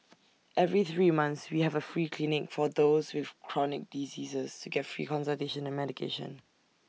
every three months we have A free clinic for those with chronic diseases to get free consultation and medication